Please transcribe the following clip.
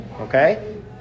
Okay